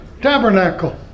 tabernacle